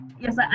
Yes